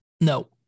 No